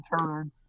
turn